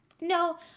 no